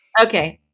Okay